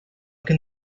can